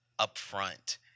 upfront